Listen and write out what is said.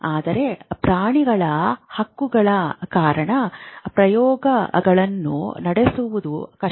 ಆದರೆ ಪ್ರಾಣಿಗಳ ಹಕ್ಕುಗಳ ಕಾರಣ ಪ್ರಯೋಗಗಳನ್ನು ನಡೆಸುವುದು ಕಷ್ಟ